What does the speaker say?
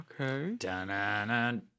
Okay